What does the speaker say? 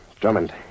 Drummond